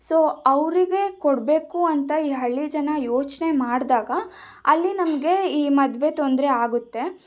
so ಅವರಿಗೆ ಕೊಡಬೇಕು ಅಂತ ಈ ಹಳ್ಳಿ ಜನ ಯೋಚನೆ ಮಾಡಿದಾಗ ಅಲ್ಲಿ ನಮಗೆ ಈ ಮದುವೆ ತೊಂದರೆ ಆಗುತ್ತೆ